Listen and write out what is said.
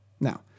Now